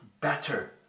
better